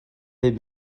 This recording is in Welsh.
bum